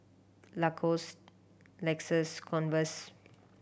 Lacos Lexus Converse